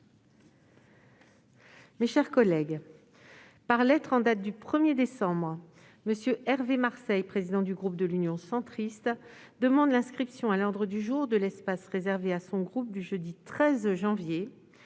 Mes chers collègues, par lettre en date du 1 décembre dernier, M. Hervé Marseille, président du groupe Union Centriste, demande l'inscription à l'ordre du jour de l'espace réservé à son groupe du jeudi 13 janvier